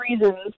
reasons